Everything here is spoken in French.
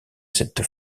cette